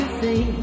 see